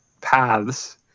paths